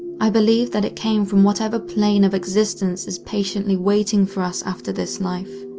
i believe that it came from whatever plane of existence is patiently waiting for us after this life.